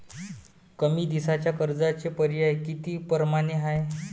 कमी दिसाच्या कर्जाचे पर्याय किती परमाने हाय?